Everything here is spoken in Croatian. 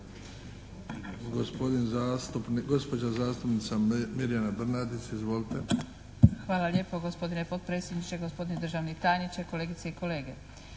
Hvala